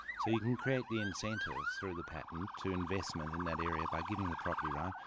so you can create the incentive through the patent to investment in that area by giving the property right,